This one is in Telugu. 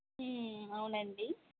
అవునండి